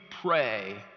pray